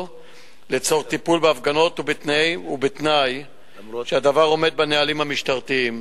לצורך טיפול בהפגנות ובתנאי שהדבר עומד בנהלים המשטרתיים.